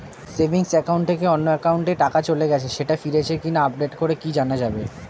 Savings account থেকে অন্য একাউন্টে টাকা চলে গেছে সেটা ফিরেছে কিনা আপডেট করে কি জানা যাবে?